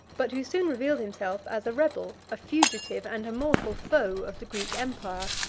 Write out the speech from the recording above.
but who soon revealed himself as a rebel, a fugitive, and a mortal foe of the greek empire.